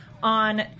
On